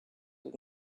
with